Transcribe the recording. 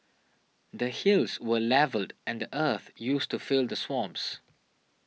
the hills were levelled and the earth used to fill the swamps